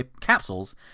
capsules